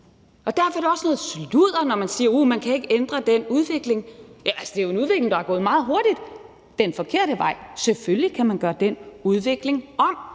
Derfor er det også noget sludder, når man siger, at man ikke kan ændre den udvikling. Det er jo en udvikling, der meget hurtigt er gået den forkerte vej, og selvfølgelig kan man gøre den udvikling om.